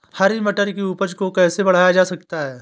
हरी मटर की उपज को कैसे बढ़ाया जा सकता है?